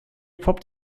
poppt